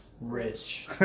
rich